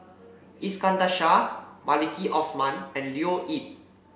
Iskandar Shah Maliki Osman and Leo Yip